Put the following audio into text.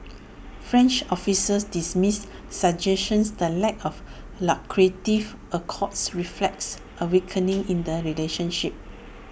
French officials dismiss suggestions the lack of lucrative accords reflects A weakening in the relationship